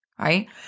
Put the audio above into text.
right